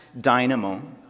dynamo